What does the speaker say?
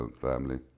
family